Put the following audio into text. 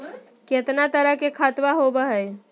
कितना तरह के खातवा होव हई?